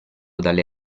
dalle